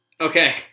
Okay